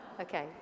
Okay